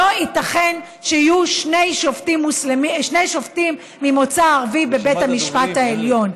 שלא ייתכן שיהיו שני שופטים ממוצא ערבי בבית המשפט העליון.